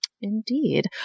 Indeed